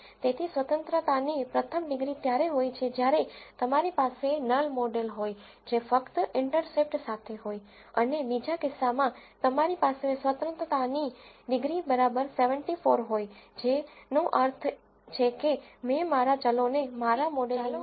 તેથી સ્વતંત્રતાની પ્રથમ ડિગ્રી ત્યારે હોય છે જ્યારે તમારી પાસે નલ મોડેલ હોય જે ફક્ત ઇન્ટરસેપ્ટ સાથે હોય અને બીજા કિસ્સામાં તમારી પાસે સ્વતંત્રતાની ડિગ્રી 74 હોય છે જેનો અર્થ છે કે મેં મારા ચલોને મારા મોડેલિંગમાં શામેલ કર્યા છે